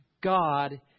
God